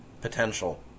potential